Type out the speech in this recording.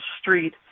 street